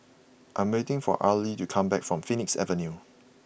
I am waiting for Arely to come back from Phoenix Avenue